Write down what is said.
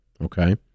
okay